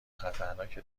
خطرناک